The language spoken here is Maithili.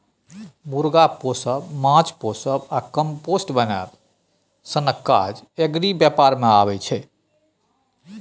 मुर्गा पोसब, माछ पोसब आ कंपोस्ट बनाएब सनक काज एग्री बेपार मे अबै छै